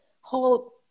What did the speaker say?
whole